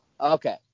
Okay